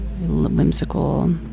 whimsical